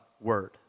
Word